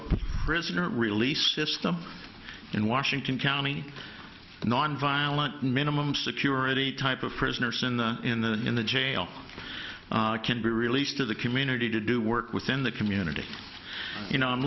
a prisoner release system in washington county nonviolent minimum security type of prisoners in the in the in the jail can be released to the community to do work within the community you know i'm